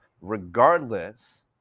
regardless